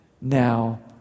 now